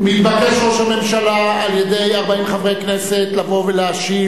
מתבקש ראש הממשלה על-ידי 40 חברי כנסת לבוא ולהשיב